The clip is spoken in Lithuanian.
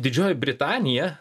didžioji britanija